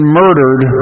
murdered